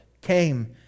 came